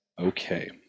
okay